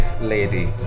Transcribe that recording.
lady